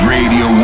Radio